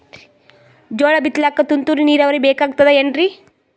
ಜೋಳ ಬಿತಲಿಕ ತುಂತುರ ನೀರಾವರಿ ಬೇಕಾಗತದ ಏನ್ರೀ?